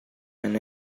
and